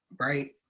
right